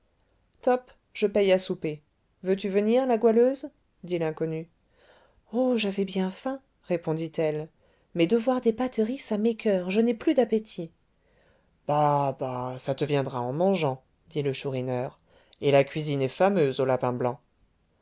tope je paye à souper veux-tu venir la goualeuse dit l'inconnu oh j'avais bien faim répondit-elle mais de voir des batteries ça m'écoeure je n'ai plus d'appétit bah bah ça te viendra en mangeant dit le chourineur et la cuisine est fameuse au